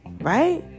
Right